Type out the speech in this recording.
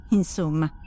insomma